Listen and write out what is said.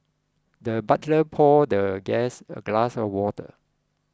the butler poured the guest a glass of water